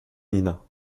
nina